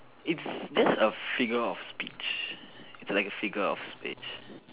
it's that's a figure of speech it's like a figure of speech